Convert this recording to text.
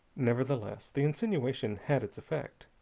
nevertheless, the insinuation had its effect.